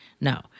No